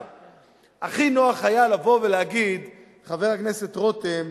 הכי נוח היה לבוא ולהגיד, חבר הכנסת רותם,